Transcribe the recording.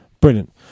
Brilliant